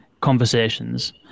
conversations